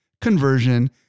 conversion